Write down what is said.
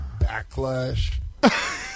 backlash